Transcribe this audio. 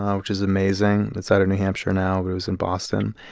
which is amazing. it's out of new hampshire now, but it was in boston.